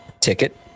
ticket